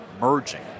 merging